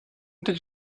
did